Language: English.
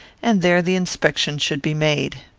and there the inspection should be made.